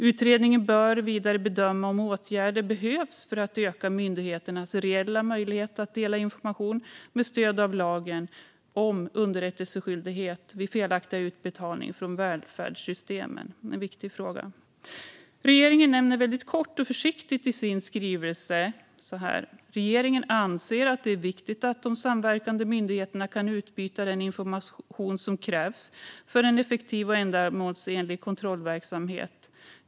Utredningen bör vidare bedöma om åtgärder behövs för att öka myndigheternas reella möjlighet att dela information med stöd av lagen om underrättelseskyldighet vid felaktiga utbetalningar från välfärdssystemen, vilket är en viktig fråga. Regeringen nämner väldigt kort och försiktigt i sin skrivelse att man anser att det är viktigt att de samverkande myndigheterna kan utbyta den information som krävs för en effektiv och ändamålsenlig kontrollverksamhet.